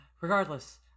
Regardless